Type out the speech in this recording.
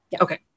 okay